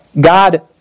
God